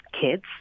kids